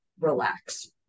relax